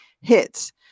hits